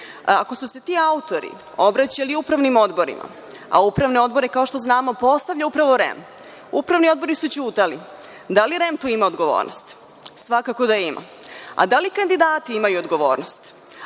ako su se ti autori obraćali upravnim odborima, a upravne odbore kao što znamo postavlja uprava REM, upravni odbori su ćutali, da li REM tu ima odgovornost? Svakako da ima. Da li kandidati imaju odgovornost?